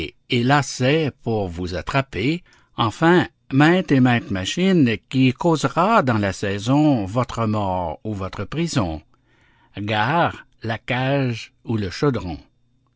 et lacets pour vous attraper enfin mainte et mainte machine qui causera dans la saison votre mort ou votre prison gare la cage ou le chaudron